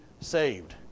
saved